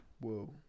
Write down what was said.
Whoa